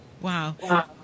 Wow